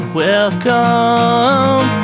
welcome